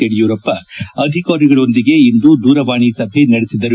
ಯಡಿಯೂರಪ್ಪ ಅಧಿಕಾರಿಗಳೊಂದಿಗೆ ಇಂದು ದೂರವಾಣಿ ಸಭೆ ನಡೆಸಿದರು